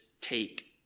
take